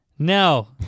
No